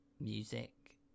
music